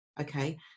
Okay